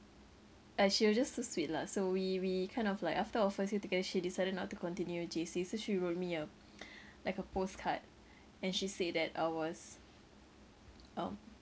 uh she was just too sweet lah so we we kind of like after our first year together she decided not to continue J_C so she wrote me a like a postcard and she say that I was um